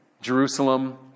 Jerusalem